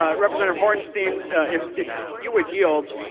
ah representative hornstein if if you would yield?